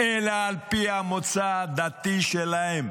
אלא על פי המוצא העדתי שלהן.